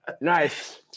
Nice